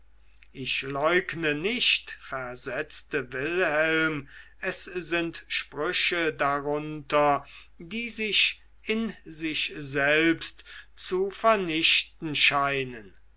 ich leugne nicht versetzte wilhelm es sind sprüche darunter die sich in sich selbst zu vernichten scheinen